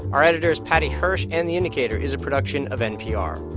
our editor is paddy hirsch, and the indicator is a production of npr